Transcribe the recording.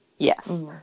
Yes